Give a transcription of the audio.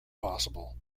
possible